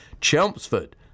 Chelmsford